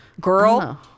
Girl